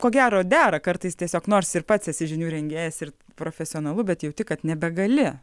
ko gero dera kartais tiesiog nors ir pats esi žinių rengėjas ir profesionalu bet jauti kad nebegali